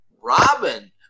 Robin